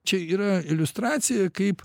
čia yra iliustracija kaip